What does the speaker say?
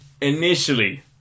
initially